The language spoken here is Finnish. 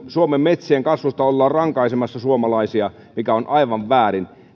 suomen metsien kasvusta ollaan rankaisemassa suomalaisia mikä on aivan väärin